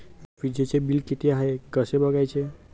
वीजचे बिल किती आहे कसे बघायचे?